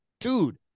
Dude